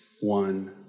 one